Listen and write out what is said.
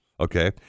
okay